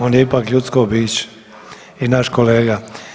On je ipak ljudsko biće i naš kolega.